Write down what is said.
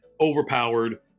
overpowered